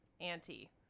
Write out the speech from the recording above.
Auntie